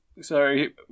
sorry